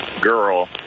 girl